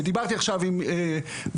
ודיברתי עכשיו עם ורד,